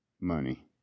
money